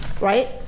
right